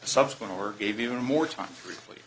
subsequent or gave you more time recently